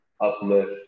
uplift